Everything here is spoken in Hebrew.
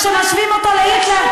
ומשווים אותו להיטלר,